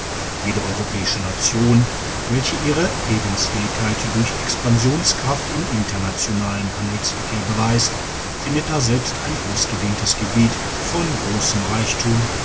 jede europäische nation welche ihre lebensfähigkeit durch expansionskraft im internationalen handelsverkehr beweist findet daselbst ein ausgedehntes gebiet von grossem reichtum